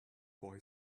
boy